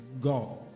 God